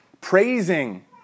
Praising